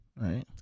right